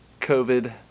covid